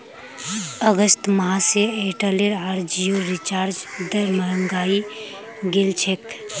अगस्त माह स एयरटेल आर जिओर रिचार्ज दर महंगा हइ गेल छेक